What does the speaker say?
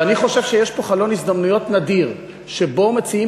ואני חושב שיש פה חלון הזדמנויות נדיר שבו מציעים